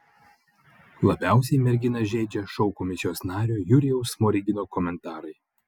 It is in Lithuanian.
labiausiai merginą žeidžia šou komisijos nario jurijaus smorigino komentarai